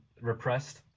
repressed